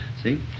See